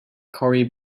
corey